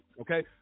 Okay